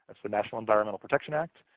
that's the national environmental protection act,